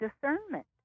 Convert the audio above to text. discernment